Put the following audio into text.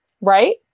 right